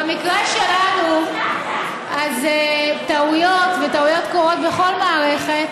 במקרה שלנו, טעויות, וטעויות קורות בכל מערכת,